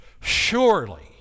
Surely